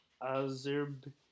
Azerbaijan